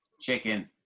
Chicken